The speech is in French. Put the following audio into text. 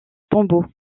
tombeau